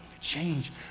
change